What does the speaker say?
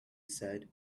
said